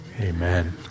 Amen